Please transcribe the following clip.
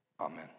Amen